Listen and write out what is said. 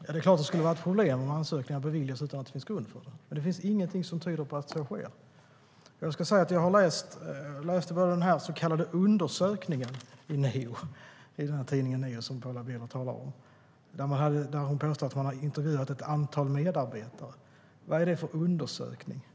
Herr talman! Det är klart att det skulle vara ett problem om ansökningar beviljas utan att det finns grund för det. Men det finns ingenting som tyder på att så sker. Jag har läst den så kallade undersökningen i tidningen Neo som Paula Bieler talar om. Hon påstår att man har intervjuat ett antal medarbetare. Vad är det för undersökning?